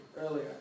earlier